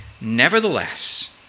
nevertheless